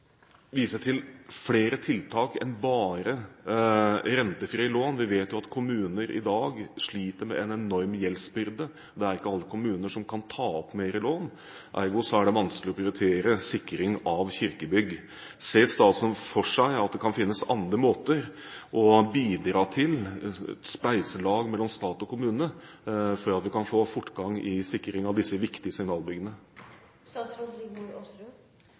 til flere tiltak enn bare rentefrie lån? Vi vet jo at kommuner i dag sliter med en enorm gjeldsbyrde. Det er ikke alle kommuner som kan ta opp mer lån, ergo er det vanskelig å prioritere sikring av kirkebygg. Ser statsråden for seg at det kan finnes andre måter å bidra på, f.eks. med et spleiselag mellom stat og kommune for å få fortgang i sikringen av disse viktige